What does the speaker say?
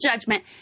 judgment